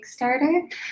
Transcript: Kickstarter